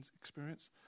experience